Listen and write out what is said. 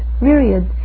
myriads